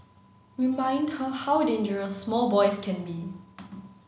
remind her how dangerous small boys can be